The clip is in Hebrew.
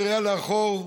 בראייה לאחור,